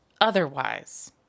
Otherwise